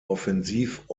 offensiv